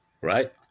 Right